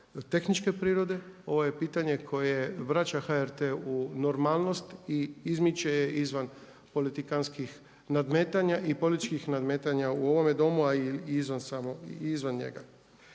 tehničke prirode, ovo je pitanje koje vraća HRT u normalnost i izmiče je izvan politikantskih nadmetanja i političkih nadmetanja u ovome domu a i izvan njega.